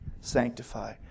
sanctify